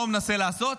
מה הוא מנסה לעשות?